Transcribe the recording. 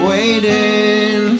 Waiting